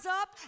up